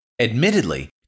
Admittedly